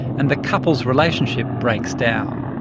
and the couple's relationship breaks down.